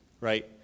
right